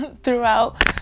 throughout